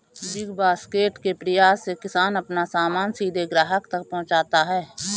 big basket के प्रयास से किसान अपना सामान सीधे ग्राहक तक पहुंचाता है